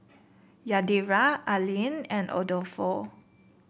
Yadira Allean and Adolfo